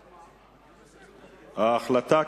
ההחלטה,